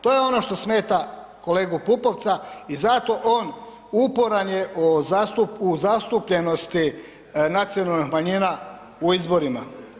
To je ono što smeta kolegu Pupovca i zato on uporan je o, u zastupljenosti nacionalnih manjina u izborima.